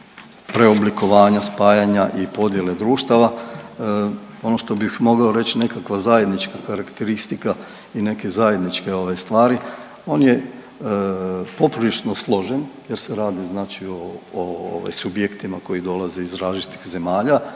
preoblikovanja, spajanja i podjele društava ono što bih mogao reć nekakva zajednička karakteristika i neke zajedničke ove stvari, on je poprilično složen jer se radi znači o ovaj subjektima koji dolaze iz različitih zemalja,